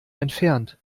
entfernt